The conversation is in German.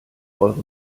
eure